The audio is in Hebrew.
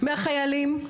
מהחיילים?